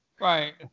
Right